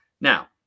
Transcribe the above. Now